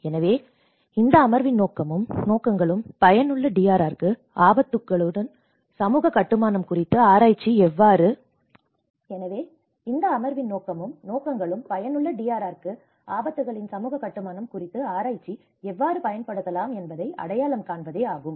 எனவே இந்த அமர்வின் நோக்கமும் நோக்கங்களும் பயனுள்ள DRRக்கு ஆபத்துகளின் சமூக கட்டுமானம் குறித்த ஆராய்ச்சி எவ்வாறு பயன்படுத்தப்படலாம் என்பதை அடையாளம் காண்பதே ஆகும்